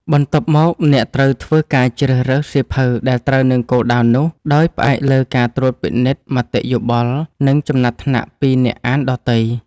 បន្ទាប់មក អ្នកត្រូវធ្វើការជ្រើសរើសសៀវភៅដែលត្រូវនឹងគោលដៅនោះ ដោយផ្អែកលើការត្រួតពិនិត្យមតិយោបល់ និងចំណាត់ថ្នាក់ពីអ្នកអានដទៃ។